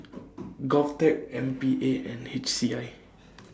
Govtech M P A and H C I